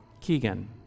Keegan